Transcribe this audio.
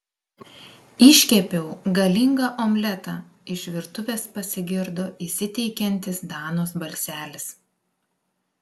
iškepiau galingą omletą iš virtuvės pasigirdo įsiteikiantis danos balselis